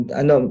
ano